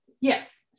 yes